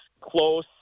close